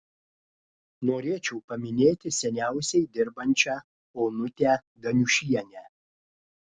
norėčiau paminėti seniausiai dirbančią onutę daniušienę